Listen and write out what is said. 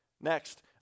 Next